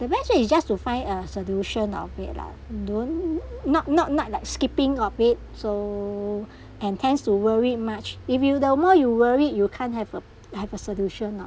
the best way it just to find a solution of it lah don't not not not like skipping of it so and tends to worried much if you the more you worried you can't have a have a solution of it